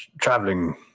traveling